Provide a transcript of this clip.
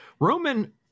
Roman